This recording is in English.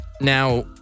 Now